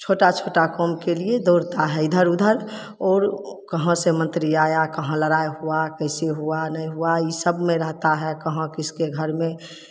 छोटा छोटा काम के लिए दौड़ता है इधर उधर और ओ कहाँ से मंत्री आया कहाँ लड़ाई हुआ कैसे हुआ नहीं हुआ इ सब में रहता है कहाँ किसके घर में